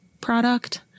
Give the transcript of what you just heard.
product